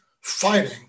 fighting